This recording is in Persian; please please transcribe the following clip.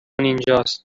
اینجاست